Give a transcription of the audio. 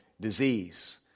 disease